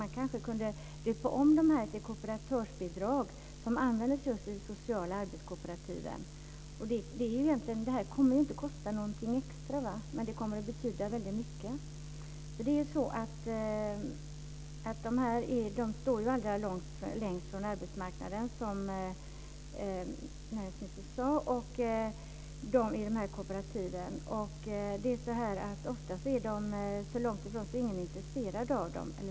Man kanske kunde döpa om bidragen till kooperatörsbidrag och använda dem just för de sociala arbetskooperativen. Detta kommer egentligen inte att kosta någonting extra, men det kommer att betyda väldigt mycket. Det är människorna i de här kooperativen som står allra längst ifrån arbetsmarknaden, som näringsministern sade. Ofta är de så långt ifrån den så att ingen är intresserad av dem.